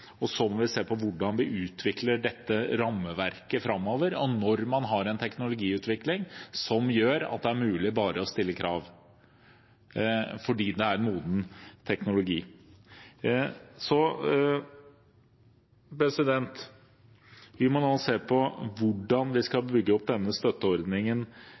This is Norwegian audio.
Så må vi se på hvordan vi utvikler dette rammeverket framover og når man har en teknologiutvikling som gjør at det er mulig bare å stille krav – fordi det er moden teknologi. Vi må nå se på hvordan vi skal bygge opp denne støtteordningen